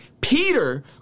Peter